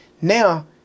Now